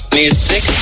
music